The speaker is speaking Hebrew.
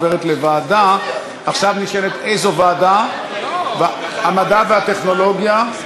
להצעה לסדר-היום ולהעביר את הנושא לוועדת המדע והטכנולוגיה נתקבלה.